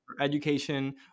education